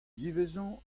ziwezhañ